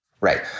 Right